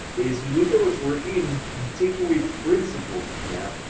is you look at what's working and you you take away principles from that.